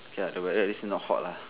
K the weather is not hot lah